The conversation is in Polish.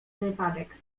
wypadek